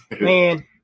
Man